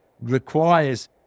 requires